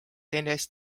teineteist